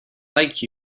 like